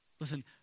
Listen